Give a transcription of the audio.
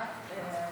היושב-ראש,